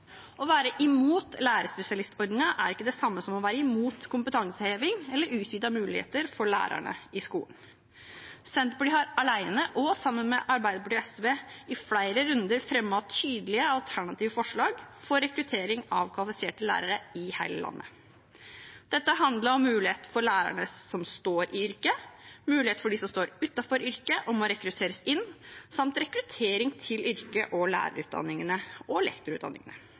Å være imot lærerspesialistordningen er ikke det samme som å være imot kompetanseheving eller utvidede muligheter for lærerne i skolen. Senterpartiet har, alene og sammen med Arbeiderpartiet og SV, i flere runder fremmet tydelige alternative forslag for rekruttering av kvalifiserte lærere i hele landet. Dette handler om muligheter for lærerne som står i yrket, muligheter for dem som står utenfor yrket og må rekrutteres inn, samt rekruttering til yrket og lærerutdanningene og lektorutdanningene.